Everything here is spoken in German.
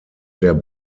der